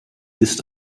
ist